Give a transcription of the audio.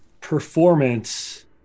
Performance